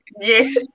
Yes